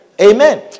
Amen